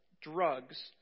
drugs